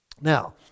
Now